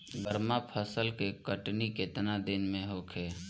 गर्मा फसल के कटनी केतना दिन में होखे?